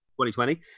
2020